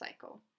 cycle